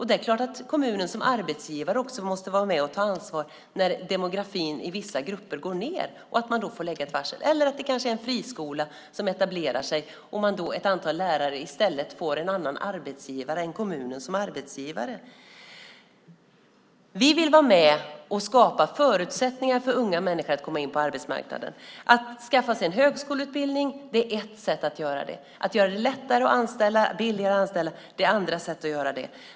Det är klart att kommunen som arbetsgivare också måste vara med och ta ansvar när demografin i vissa grupper går ned och man får lägga ett varsel. Det kan också handla om att en friskola etablerar sig och ett antal lärare får en annan arbetsgivare än kommunen. Vi vill vara med och skapa förutsättningar för unga människor att komma in på arbetsmarknaden. Att skaffa sig en högskoleutbildning är ett sätt att göra det. Andra sätt att göra det på är att göra det lättare och billigare att anställa.